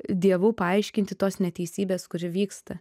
dievu paaiškinti tos neteisybės kuri vyksta